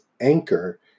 Anchor